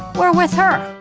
we're with her.